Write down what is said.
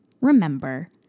Remember